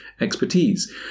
expertise